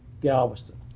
Galveston